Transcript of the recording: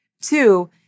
Two